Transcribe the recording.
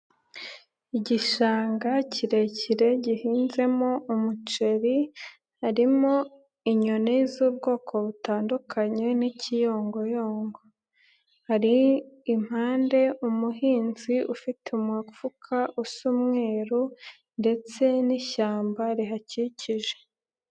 Igishanga kirekire gihinzemo umuceri harimo inyoni z'ubwoko butandukanye n'ikiyongoyongo, hari impande umuhinzi ufite umufuka usa umweruru ndetse n'ishyamba rihakikije.